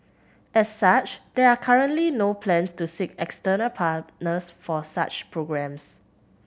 as such there are currently no plans to seek external partners for such programmes